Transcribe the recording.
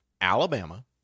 Alabama